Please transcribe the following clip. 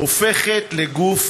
דיויד גילה,